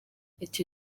icyo